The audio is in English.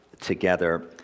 together